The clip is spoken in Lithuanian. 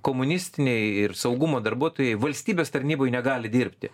komunistiniai ir saugumo darbuotojai valstybės tarnyboj negali dirbti